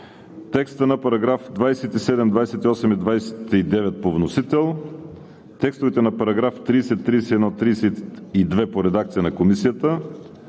текста на параграфи 27, 28 и 29 по вносител; текстовете на параграфи 30, 31, 32 по редакция на Комисията;